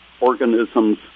organisms